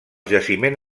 jaciment